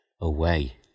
away